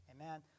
Amen